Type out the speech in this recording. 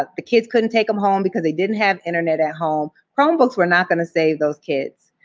ah the kids couldn't take them home because they didn't have internet at home. chromebooks were not gonna save those kids.